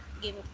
Game